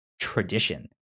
tradition